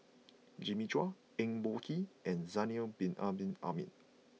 Jimmy Chua Eng Boh Kee and Zainal Abidin Ahmad